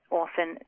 often